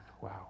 Wow